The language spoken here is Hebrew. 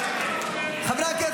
הכנסת,